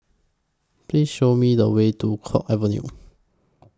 Please Show Me The Way to Kwong Avenue